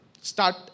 start